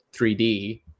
3D